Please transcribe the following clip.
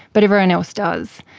but everyone else does,